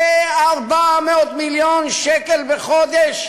זה 400 מיליון שקל בחודש,